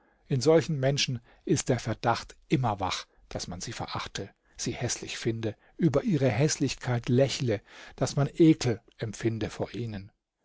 in solchen menschen ist der verdacht immer wach daß man sie verachte sie häßlich finde über ihre häßlichkeit lächle daß man ekel empfinde vor ihnen